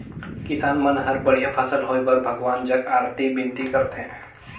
किसान मन हर बड़िया फसल होए बर भगवान जग अरती बिनती करथे